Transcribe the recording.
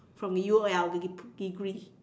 from U_O_L de~ degree